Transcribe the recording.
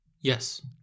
Yes